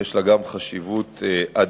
גם לה יש חשיבות אדירה,